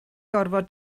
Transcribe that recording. gorfod